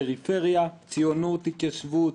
פריפריה, ציונות, התיישבות,